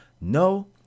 no